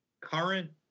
Current